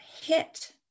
hit